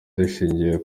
dushingiye